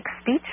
speech